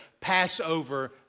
Passover